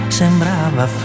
sembrava